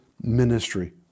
ministry